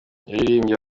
yaririmbye